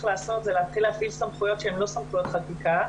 לעשות זה להתחיל להפעיל סמכויות שהן לא סמכויות חקיקה.